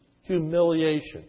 humiliation